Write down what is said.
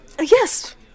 Yes